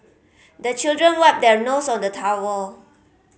the children wipe their nose on the towel